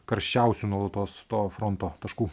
karščiausių nuolatos to fronto taškų